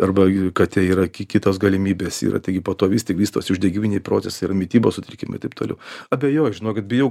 arba katė yra ki kitos galimybės yra tai gi po to vistik vystosi uždegiminiai procesai yra mitybos sutrikimai taip toliau abejoju žinokit bijau